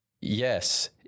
Yes